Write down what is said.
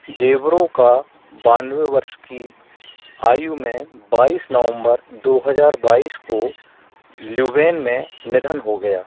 देवरो का बानवे वर्ष की आयु में बाइस नवम्बर दो हज़ार बाइस को ल्युवेन में निधन हो गया